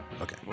Okay